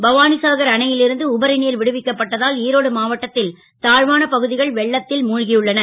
பவா சாகர் அணை ல் இருந்து உபரி நீர் விடுவிக்கப்பட்டதால் ஈரோடு மாவட்டத் ல் தா வான பகு கள் வெள்ளத் ல் மூ கியுள்ளன